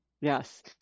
Yes